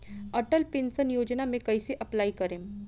Atal pension योजना मे कैसे अप्लाई करेम?